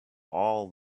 all